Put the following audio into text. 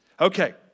Okay